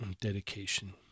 Dedication